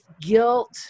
guilt